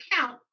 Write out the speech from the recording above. count